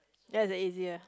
ya it's easier